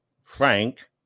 frank